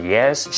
Yes